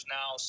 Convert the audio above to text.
now